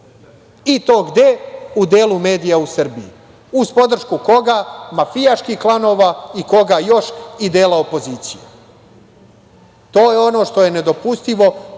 i to gde - u delu medija u Srbiji, uz podršku koga - mafijaških klanova i koga još - i dela opozicije. To je ono što je nedopustivo,